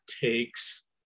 takes